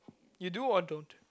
you do or don't